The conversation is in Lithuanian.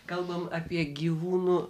kalbame apie gyvūnų